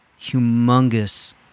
humongous